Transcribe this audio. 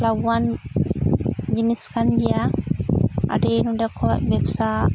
ᱞᱟᱵᱷᱟᱱ ᱡᱤᱱᱤᱥ ᱠᱟᱱ ᱜᱮᱭᱟ ᱟᱹᱰᱤ ᱱᱚᱸᱰᱮ ᱠᱷᱚᱡ ᱵᱮᱵᱽᱥᱟ